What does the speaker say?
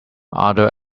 other